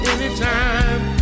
Anytime